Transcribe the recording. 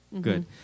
Good